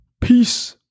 peace